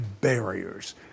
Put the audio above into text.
barriers